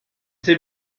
they